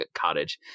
cottage